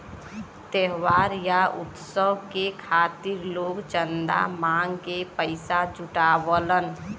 त्योहार या उत्सव के खातिर लोग चंदा मांग के पइसा जुटावलन